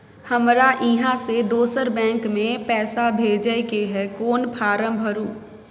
हमरा इहाँ से दोसर बैंक में पैसा भेजय के है, कोन फारम भरू?